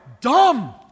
dumb